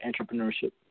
entrepreneurship